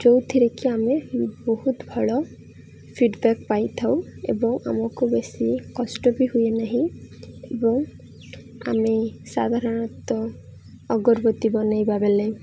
ଯେଉଁଥିରେ କି ଆମେ ବହୁତ ଭଳ ଫିଡ଼ବ୍ୟାକ୍ ପାଇଥାଉ ଏବଂ ଆମକୁ ବେଶୀ କଷ୍ଟ ବି ହୁଏ ନାହିଁ ଏବଂ ଆମେ ସାଧାରଣତଃ ଅଗରବତୀ ବନେଇବା ବେଲେ